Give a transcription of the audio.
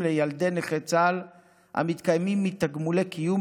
לילדי נכי צה"ל המתקיימים מתגמולי קיום,